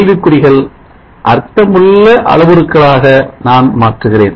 கேள்விக்குறிகள் அர்த்தமுள்ள அளவுருக்களாக நான் மாற்றுகிறேன்